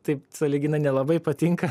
taip sąlyginai nelabai patinka